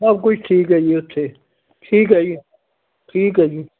ਸਭ ਕੁਝ ਠੀਕ ਹੈ ਜੀ ਉੱਥੇ ਠੀਕ ਹੈ ਜੀ ਠੀਕ ਹੈ ਜੀ